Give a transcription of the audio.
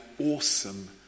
awesome